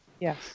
Yes